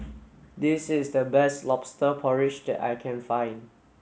this is the best lobster porridge that I can find